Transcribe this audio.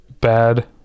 bad